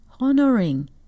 honoring